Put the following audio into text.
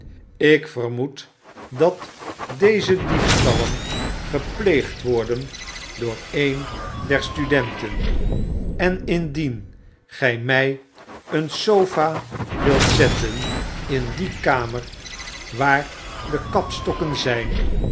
ik vermoed dat deze diefstallen gepleegd worden door een der studenten en indien gy my een sofa wilt zetten in die kamer waar de kapstokken zyn